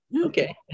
Okay